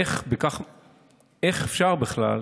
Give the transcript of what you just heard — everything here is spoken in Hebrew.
איך אפשר בכלל?